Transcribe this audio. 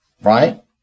right